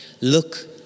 look